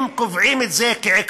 אם קובעים את זה כעקרון-על,